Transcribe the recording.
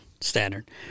Standard